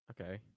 Okay